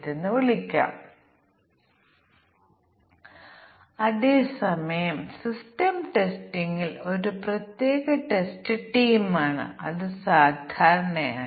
അതിനാൽ സാധ്യമായ എല്ലാ മൂല്യങ്ങളുടെയും ജോടി തിരിച്ചുള്ള സംയോജനം സൃഷ്ടിക്കുന്നതിന് ആവശ്യമായ ടെസ്റ്റ് കേസുകളുടെ എണ്ണം 2 പാരാമീറ്ററുകൾ വളരെ കുറവായിരിക്കും